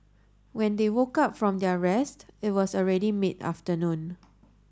when they woke up from their rest it was already mid afternoon